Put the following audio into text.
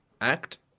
act